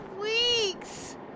weeks